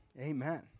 Amen